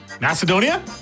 Macedonia